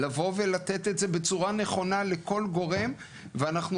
לבוא ולתת את זה בצורה נכונה לכל גורם ואנחנו